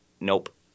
Nope